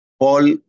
Paul